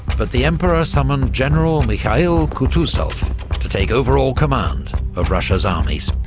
but the emperor summoned general mikhail kutuzov to take overall command of russia's armies.